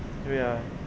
ya